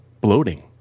bloating